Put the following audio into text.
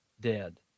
dead